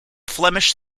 flemish